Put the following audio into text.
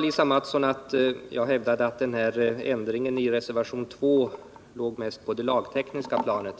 Lisa Mattson sade att jag hävdade att ändringen i reservationen 2 ligger mest på det lagtekniska planet.